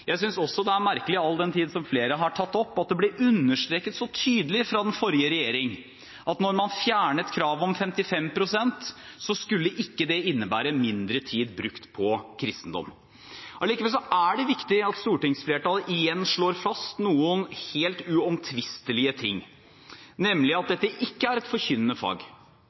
Jeg synes også det er merkelig – all den tid flere har tatt det opp – at det ble understreket så tydelig fra den forrige regjering at når man fjernet kravet om 55 pst., skulle det ikke innebære mindre tid brukt på kristendom. Allikevel er det viktig at stortingsflertallet igjen slår fast noen helt uomtvistelige ting, nemlig at dette ikke er et forkynnende fag.